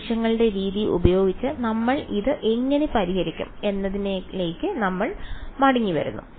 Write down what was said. നിമിഷങ്ങളുടെ രീതി ഉപയോഗിച്ച് നമ്മൾ ഇത് എങ്ങനെ പരിഹരിക്കും എന്നതിലേക്ക് ഇപ്പോൾ മടങ്ങിവരുന്നു